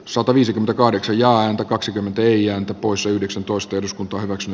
sataviisikymmentäkahdeksan ja häntä kaksikymmentä ei jäänyt pois yhdeksäntoista eduskunta hyväksyy